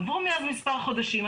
עברו מאז מספר חודשים.